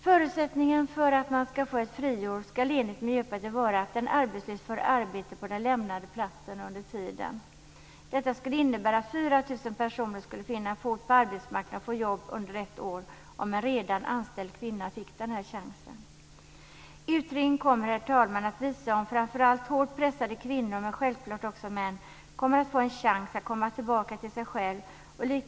Förutsättningarna för att man ska få ett friår ska enligt Miljöpartiet vara att en arbetslös får arbete på den lämnade platsen under tiden. Detta skulle innebära att 4 000 personer skulle få in en fot på arbetsmarknaden och få jobb under ett år om en redan anställd kvinna fick denna chans. Utredningen kommer, herr talman, att visa om framför allt hårt pressade kvinnor men självklart också män kommer att få en chans att komma tillbaka till sig själva.